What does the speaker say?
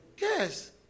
Yes